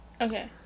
Okay